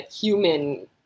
human